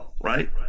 right